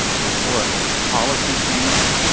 um historic policy change,